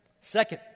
Second